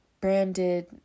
branded